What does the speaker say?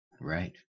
Right